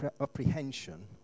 apprehension